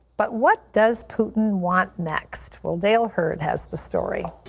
but what does putin want next? well, dale hurd has the story.